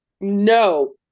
No